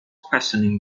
questioning